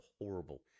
horrible